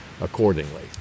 accordingly